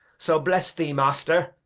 so, bless thee, master!